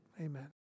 amen